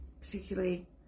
particularly